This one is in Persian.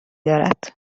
دارد